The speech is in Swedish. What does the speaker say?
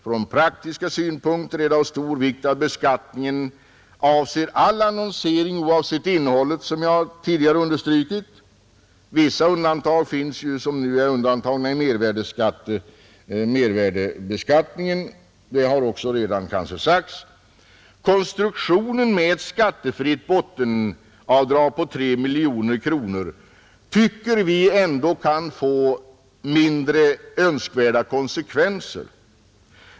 Från praktiska synpunkter är det av stor vikt att beskattningen avser all annonsering oavsett innehållet, som jag tidigare understrukit. Vissa undantag finns, som nu är undantagna i mervärdebeskattningen, och det har kanske också redan sagts. Konstruktionen med ett skattefritt bottenavdrag på 3 miljoner kronor tycker vi ändå kan få mindre önskvärda konsekvenser.